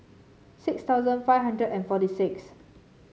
six thousand five hundred and forty six